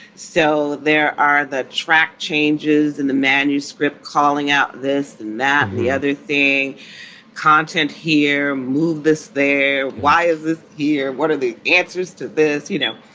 so there are that track changes in the manuscript calling out this and that. the other thing content here. move this there. why is it here? what are the answers to this? you know,